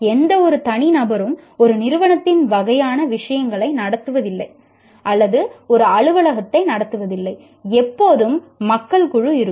எந்தவொரு தனி நபரும் ஒரு நிறுவனத்தின் வகையான விஷயங்களை நடத்துவதில்லை அல்லது ஒரு அலுவலகத்தை நடத்துவதில்லை எப்போதும் மக்கள் குழு இருக்கும்